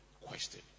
question